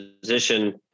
position